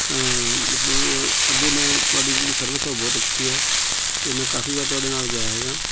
ਤਾਂ ਮਤਲਬ ਅੱਗੇ ਮੈਂ ਤੁਹਾਡੀ ਜਿਹੜੀ ਸਰਵਿਸ ਆ ਉਹ ਬਹੁਤ ਅੱਛੀ ਹੈ ਅਤੇ ਮੈਂ ਕਾਫ਼ੀ ਵਾਰ ਤੁਹਾਡੇ ਨਾਲ ਗਿਆ ਹੈਗਾ